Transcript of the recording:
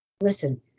Listen